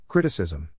Criticism